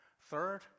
Third